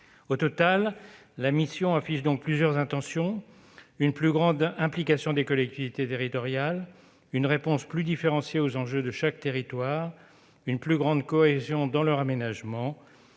Au total, la mission reflète plusieurs intentions : une plus grande implication des collectivités territoriales, une réponse davantage différenciée selon les enjeux de chaque territoire, une plus grande cohésion dans leur aménagement.